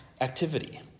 activity